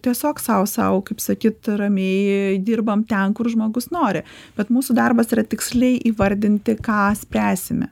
tiesiog sau sau kaip sakyt ramiai dirbame ten kur žmogus nori bet mūsų darbas yra tiksliai įvardinti ką spręsime